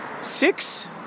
six